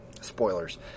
spoilers